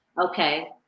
Okay